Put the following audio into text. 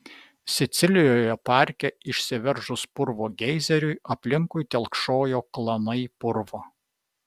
sicilijoje parke išsiveržus purvo geizeriui aplinkui telkšojo klanai purvo